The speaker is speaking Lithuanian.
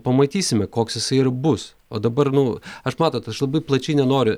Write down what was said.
pamatysime koks jisai ir bus o dabar nu aš matot aš labai plačiai nenoriu